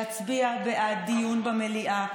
להצביע בעד דיון במליאה,